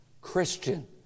Christian